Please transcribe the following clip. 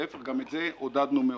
להיפך, גם את זה עודדנו מאוד.